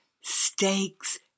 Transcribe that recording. stakes